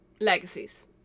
legacies